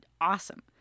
awesome